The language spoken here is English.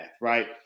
right